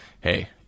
hey